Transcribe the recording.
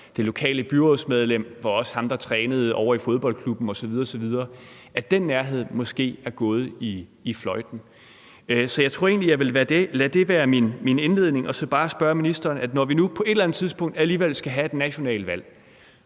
det lokale byrådsmedlem også var ham, der trænede ovre i fodboldklubben osv. osv., altså at den nærhed måske er gået fløjten. Så jeg tror egentlig, jeg vil lade det være min indledning og så bare spørge ministeren, om det, når vi nu på et eller andet tidspunkt alligevel skal have et nationalt valg